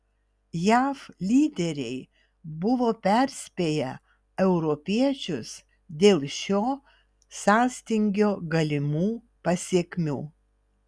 jav lyderiai buvo perspėję europiečius dėl šio sąstingio galimų pasekmių